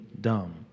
dumb